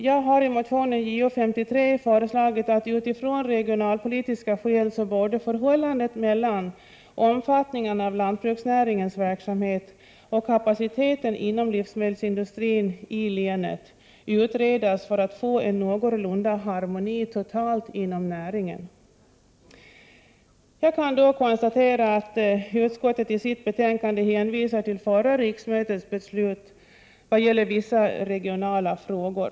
Jag har i motion JoS3 föreslagit att av regionalpolitiska skäl förhållandet mellan omfattningen av lantbruksnäringens verksamhet och kapaciteten inom livsmedelsindustrin i länet borde utredas, för att få en någorlunda harmoni totalt inom näringen. Jag kan då konstatera att utskottet i sitt betänkande hänvisar till förra riksmötets beslut i vad gäller vissa regionala frågor.